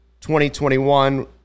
2021